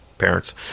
parents